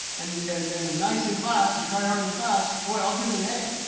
and and they're nice in class and try hard in class, boy, i'll give them an a.